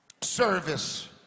service